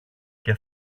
και